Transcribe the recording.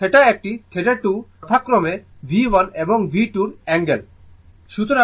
আর θ একটি θ2 যথাক্রমে V1 এবং V2 এর অ্যাঙ্গেল